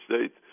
States